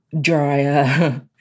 drier